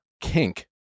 kink